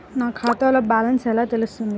నా ఖాతాలో బ్యాలెన్స్ ఎలా తెలుస్తుంది?